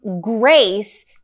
grace